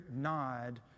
nod